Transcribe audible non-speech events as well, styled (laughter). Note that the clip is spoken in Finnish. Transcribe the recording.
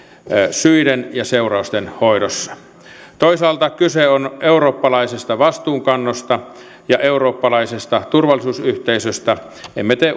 syiden ja seurausten hoidossa toisaalta kyse on eurooppalaisesta vastuunkannosta ja eurooppalaisesta turvallisuusyhteisöstä emme tee (unintelligible)